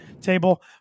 table